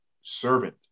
servant